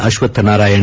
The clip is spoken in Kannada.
ಅಶ್ವತ್ ನಾರಾಯಣ